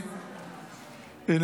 בכל